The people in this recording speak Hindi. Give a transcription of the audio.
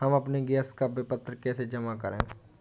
हम अपने गैस का विपत्र कैसे जमा करें?